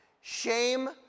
Shame